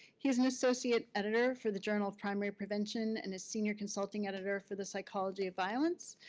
he is an associate editor for the journal of primary prevention and a senior consulting editor for the psychology of violence.